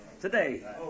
Today